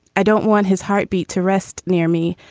i don't want his heartbeat to rest near me.